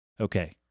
Okay